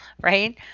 right